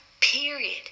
period